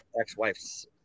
ex-wife's